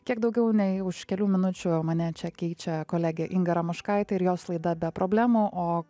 kiek daugiau nei už kelių minučių mane čia keičia kolegė inga ramoškaitė ir jos laida be problemų o